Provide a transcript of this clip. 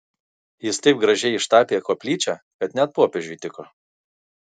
jis taip gražiai ištapė koplyčią kad net popiežiui tiko